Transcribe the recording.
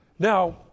Now